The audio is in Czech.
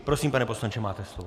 Prosím, pane poslanče, máte slovo.